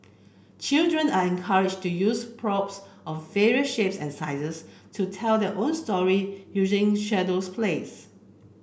children are encouraged to use props of various shapes and sizes to tell their own story using shadows plays